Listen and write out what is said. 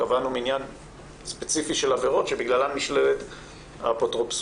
קבענו מניין ספציפי של עבירות שבגללן נשללת האפוטרופסות.